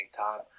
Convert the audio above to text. time